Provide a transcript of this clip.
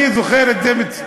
החלק הזה יגיע.